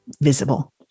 Visible